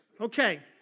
Okay